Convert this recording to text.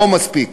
לא מספיק.